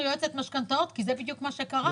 יועצת משכנתאות כי זה בדיוק מה שקרה.